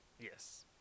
Yes